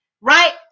right